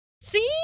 See